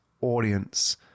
audience